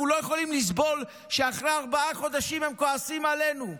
אנחנו לא יכולים לסבול שאחרי ארבעה חודשים הם כועסים עלינו.